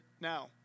now